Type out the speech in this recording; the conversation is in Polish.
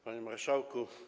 Panie Marszałku!